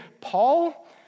Paul